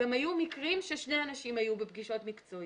גם היו מקרים ששני אנשים היו בפגישות מקצועיות.